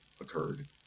occurred